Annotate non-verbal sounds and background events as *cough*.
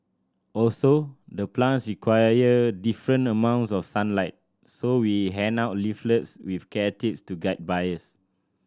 also the plants require *unintelligible* different amounts of sunlight so we hand out leaflets with care tips to guide buyers